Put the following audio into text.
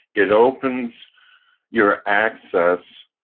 it opens your access